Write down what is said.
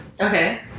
Okay